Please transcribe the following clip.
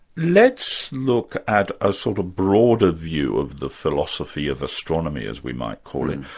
let's look at a sort of broader view of the philosophy of astronomy as we might call it.